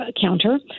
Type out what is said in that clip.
counter